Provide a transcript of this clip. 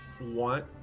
want